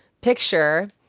picture